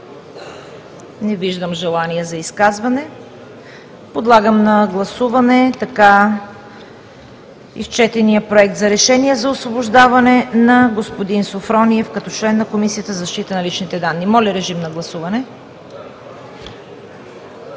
Не виждам желание за изказване. Подлагам на гласуване така изчетения Проект на решение за освобождаване на господин Софрониев като член на Комисията за защита на личните данни. Моля, режим на гласуване.